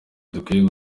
dukwiye